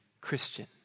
Christian